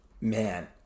Man